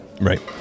Right